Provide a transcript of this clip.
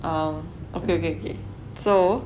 um okay okay okay so